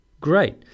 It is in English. Great